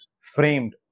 framed